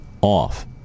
off